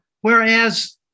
Whereas